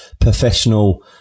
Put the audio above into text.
professional